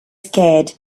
scared